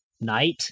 night